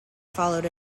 followed